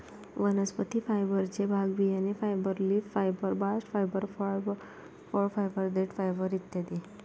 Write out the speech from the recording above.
वनस्पती फायबरचे भाग बियाणे fibre, leaf fibre, bast fibre, फळ फायबर, देठ फायबर इ